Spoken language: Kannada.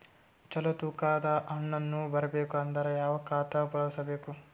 ಚಲೋ ತೂಕ ದ ಹಣ್ಣನ್ನು ಬರಬೇಕು ಅಂದರ ಯಾವ ಖಾತಾ ಬಳಸಬೇಕು?